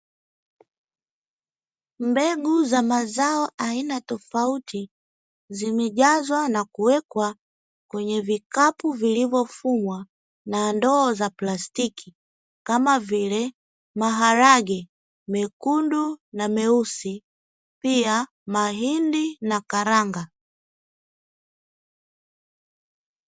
Mbegu za mazao aina tofauti, zimejazwa na kuwekwa kwenye vikapu vilivyofumwa na ndoo za plastiki, kama vile: maharage mekundu na meusi, pia mahindi na karanga.